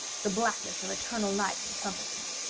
the blackness of eternal night encompassed me.